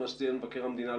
כפי שציין מבקר המדינה.